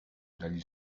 dagli